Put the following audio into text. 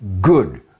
good